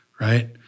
right